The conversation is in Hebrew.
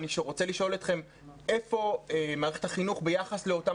אני רוצה לשאול אתכם היכן מערכת החינוך ביחס לאותן